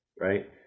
right